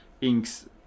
inks